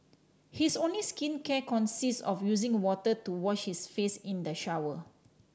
his only skincare consists of using water to wash his face in the shower